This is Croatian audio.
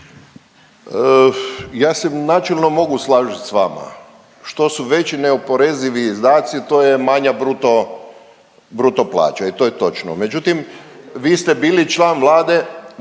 Ja se načelno mogu slagat s vama, što su veći neoporezivi izdaci to je manja bruto plaća i to je točno, međutim vi ste bili član Vlade